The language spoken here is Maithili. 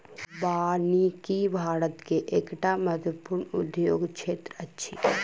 वानिकी भारत के एकटा महत्वपूर्ण उद्योग क्षेत्र अछि